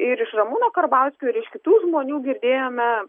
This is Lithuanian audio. ir iš ramūno karbauskio ir iš kitų žmonių girdėjome